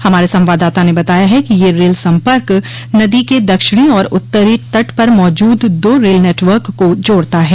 हमारे संवाददाता ने बताया है कि यह रेल संपर्क नदी के दक्षिणी और उत्तरी तट पर मौजूद दो रेल नेटवर्क को जोड़ता है